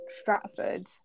Stratford